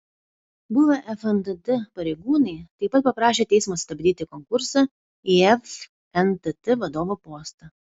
buvę fntt pareigūnai taip pat paprašė teismo stabdyti konkursą į fntt vadovo postą